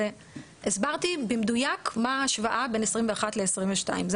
הסברתי במדויק מה ההשוואה בין 2021 ל-2022,